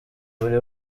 buri